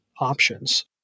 options